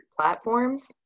platforms